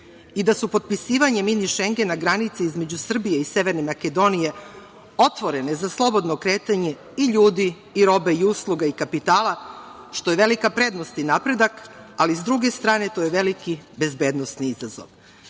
i da su potpisivanjem Mini Šengena granice između Srbije i Severne Makedonije otvorene za slobodno kretanje i ljudi i roba i usluga i kapitala, što je velika prednost i napredak, ali, s druge strane, to je veliki bezbednosni izazov. Zato